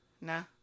nah